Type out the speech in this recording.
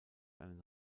einen